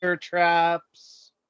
traps